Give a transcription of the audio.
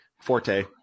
Forte